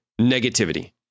Negativity